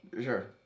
Sure